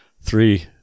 three